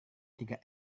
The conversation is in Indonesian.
tiga